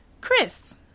Chris